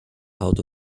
out